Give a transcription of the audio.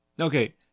Okay